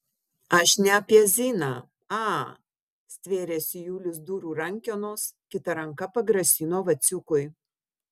aš ne apie ziną a stvėrėsi julius durų rankenos kita ranka pagrasino vaciukui